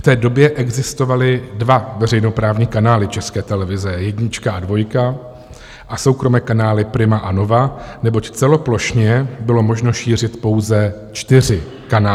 V té době existovaly dva veřejnoprávní kanály České televize, jednička a dvojka, a soukromé kanály Prima a Nova, neboť celoplošně bylo možno šířit pouze čtyři kanály.